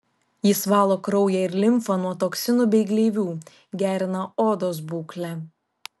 jis valo kraują ir limfą nuo toksinų bei gleivių gerina odos būklę